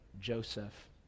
Joseph